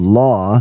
law